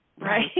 Right